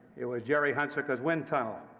it was jerry hunsaker's wind tunnel,